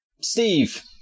Steve